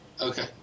Okay